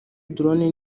drone